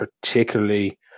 particularly